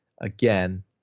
Again